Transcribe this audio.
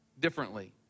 differently